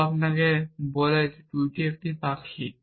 কেউ আপনাকে বলে টুইটি একটি পাখি